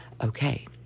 Okay